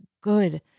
good